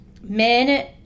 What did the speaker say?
men